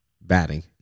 batting